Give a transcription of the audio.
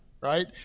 right